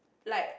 like